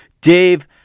Dave